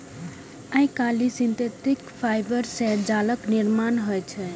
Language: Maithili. आइकाल्हि सिंथेटिक फाइबर सं जालक निर्माण होइ छै